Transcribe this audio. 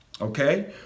Okay